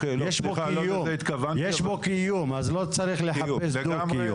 יש פה קיום, אז לא צריך לחפש דו קיום.